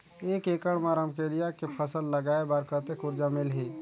एक एकड़ मा रमकेलिया के फसल लगाय बार कतेक कर्जा मिलही?